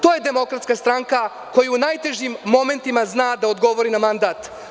To je Demokratska stranka koja je u najtežim momentima znala da odgovori na mandat.